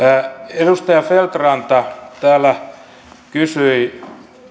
edustaja feldt ranta täällä kysyi